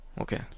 okay